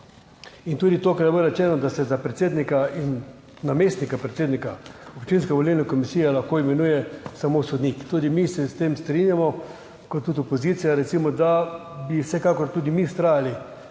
In tudi to, kar je bilo rečeno, da se za predsednika in namestnika predsednika občinske volilne komisije lahko imenuje samo sodnik. Tudi mi se s tem strinjamo, tako kot tudi opozicija, recimo. Vsekakor tudi mi želimo,